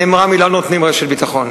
נאמרה המלה: לא נותנים רשת ביטחון.